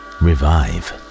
revive